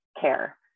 care